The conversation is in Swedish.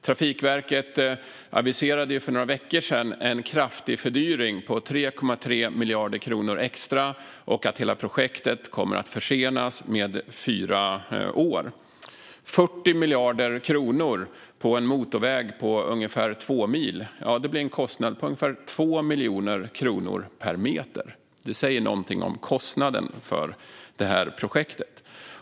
Trafikverket aviserade för några veckor sedan en kraftig fördyring med 3,3 miljarder kronor extra och att hela projektet kommer att försenas med fyra år. 40 miljarder kronor för en motorväg på ungefär två mil blir en kostnad på ungefär 2 miljoner kronor per meter. Det säger någonting om kostnaden för projektet.